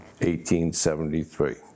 1873